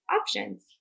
options